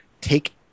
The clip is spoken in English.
take